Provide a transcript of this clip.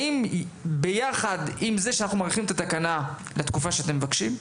האם יחד עם זה שאנחנו מאריכים את התקנה לתקופה שאתם מבקשים,